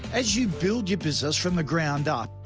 as you build your business from the ground up,